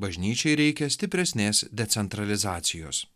bažnyčiai reikia stipresnės decentralizacijos